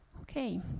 Okay